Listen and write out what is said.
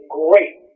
great